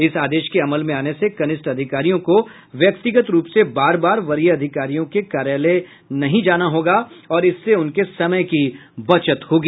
इस आदेश के अमल में आने से कनिष्ठ अधिकारियों को व्यक्तिगत रूप से बार बार वरीय अधिकारियों के कार्यालय में नहीं जाना होगा और इससे उनके समय की बचत होगी